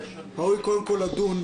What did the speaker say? ראוי קודם כול לדון,